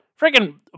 freaking